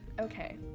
Okay